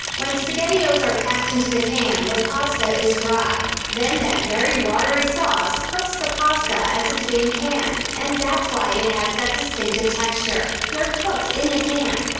when spaghettios are packed into the can, the pasta is dry. then, that very watery sauce cooks the pasta as it's being canned, and that's why it has that distinctive texture. they're cooked in the can.